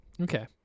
okay